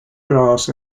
grass